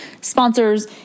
sponsors